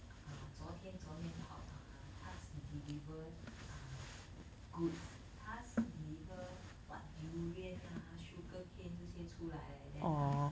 err 昨天昨天跑 err 他是 deliver err goods 他是 deliver what durian lah sugar cane 这些出来 leh then 他